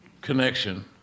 connection